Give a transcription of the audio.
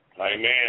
Amen